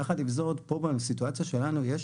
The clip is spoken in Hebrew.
יחד עם זאת, פה בסיטואציה שלנו יש